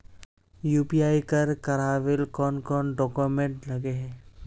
UPI कर करावेल कौन कौन डॉक्यूमेंट लगे है?